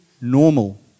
normal